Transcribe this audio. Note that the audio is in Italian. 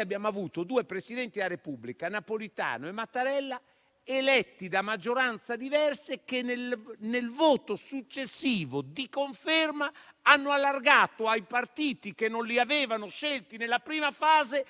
abbiamo avuto due Presidenti della Repubblica - Napolitano e Mattarella - eletti da maggioranze diverse e che, nel voto successivo di conferma, hanno allargato ai partiti che non li avevano scelti nella prima fase